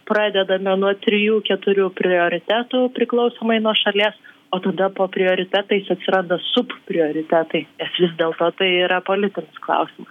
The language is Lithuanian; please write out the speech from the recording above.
pradedame nuo trijų keturių prioritetų priklausomai nuo šalies o tada po prioritetais atsiranda sub prioritetai nes vis dėlto tai yra politinis klausimas